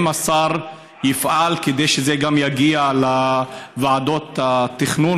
האם השר יפעל כדי שזה גם יגיע לוועדות התכנון,